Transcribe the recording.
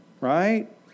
right